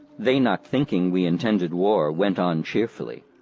they not thinking we intended war, went on cheerfully.